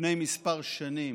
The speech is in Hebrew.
לפני כמה שנים